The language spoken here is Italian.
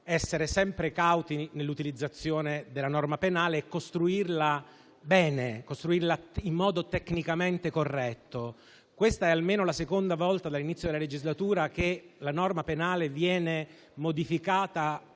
essere sempre cauti nell'utilizzazione della norma penale. Dobbiamo costruirla bene, costruirla in modo tecnicamente corretto. Questa è almeno la seconda volta dall'inizio della legislatura che la norma penale viene modificata